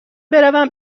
بروم